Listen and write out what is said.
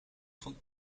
van